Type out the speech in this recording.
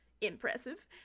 impressive